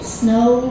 snow